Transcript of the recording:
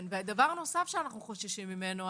דבר נוסף שאנחנו חוששים ממנו.